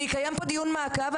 אני אקיים פה דיון מעקב,